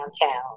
downtown